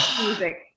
music